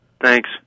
Thanks